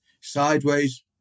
Sideways